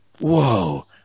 Whoa